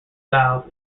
valve